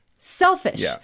selfish